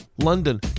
London